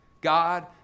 God